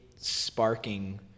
sparking